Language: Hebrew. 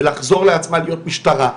ולחזור לעצמה להיות משטרה.